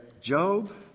Job